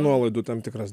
nuolaidų tam tikras